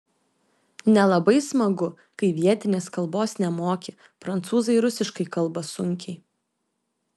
nelabai smagu kai vietinės kalbos nemoki prancūzai rusiškai kalba sunkiai